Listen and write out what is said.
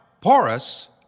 porous